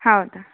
ಹೌದಾ